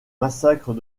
massacres